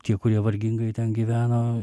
tie kurie vargingai ten gyveno